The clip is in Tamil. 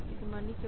இது மன்னிக்கவும்